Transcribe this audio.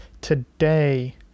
today